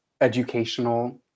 educational